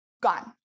gone